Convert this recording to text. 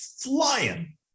flying